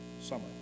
summer